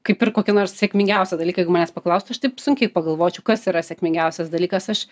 kaip ir kokį nors sėkmingiausią dalyką jeigu manęs paklaustų aš taip sunkiai pagalvočiau kas yra sėkmingiausias dalykas aš